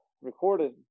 recorded